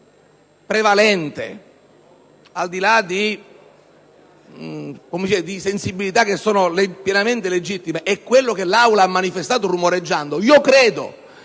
è quello che l'Aula ha manifestato rumoreggiando, se questo